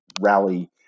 rally